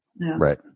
Right